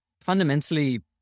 fundamentally